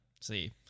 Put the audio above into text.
see